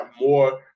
more